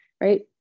right